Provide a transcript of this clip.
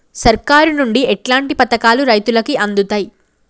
సర్కారు నుండి ఎట్లాంటి పథకాలు రైతులకి అందుతయ్?